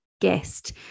Guest